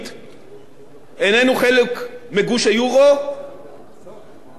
איננו חלק מגוש היורו ומהאיחוד האירופי,